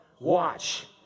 watch